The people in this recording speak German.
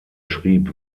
schrieb